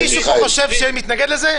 מישהו פה מתנגד לזה?